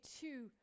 two